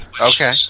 okay